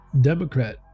Democrat